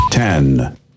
Ten